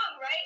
right